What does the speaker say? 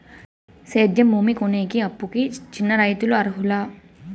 సేద్యం భూమి కొనేకి, అప్పుకి చిన్న రైతులు అర్హులా?